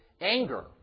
anger